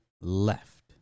left